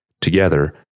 together